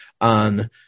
on